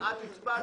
את הצבעת.